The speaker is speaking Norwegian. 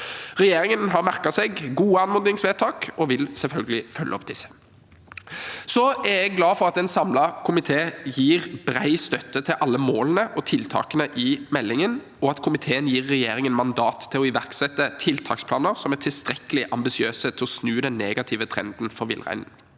Regjeringen har merket seg gode anmodningsvedtak og vil selvfølgelig følge opp disse. Jeg er glad for at en samlet komité gir bred støtte til alle målene og tiltakene i meldingen, og at komiteen gir regjeringen mandat til å iverksette tiltaksplaner som er tilstrekkelig ambisiøse til å snu den negative trenden for villreinen.